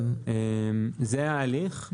זה ההליך.